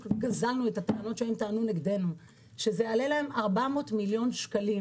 גזלנו את הטענות שהם טענו נגדנו שזה יעלה להם 400 מיליון שקלים.